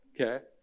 okay